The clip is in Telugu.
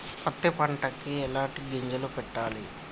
పత్తి పంటకి ఎలాంటి గింజలు పెట్టాలి?